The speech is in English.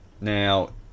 Now